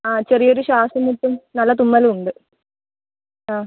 ആ ചെറിയൊരു ശ്വാസംമുട്ടും നല്ല തുമ്മലും ഉണ്ട് ആ